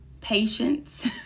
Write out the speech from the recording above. patience